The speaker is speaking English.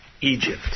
Egypt